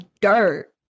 dirt